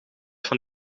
van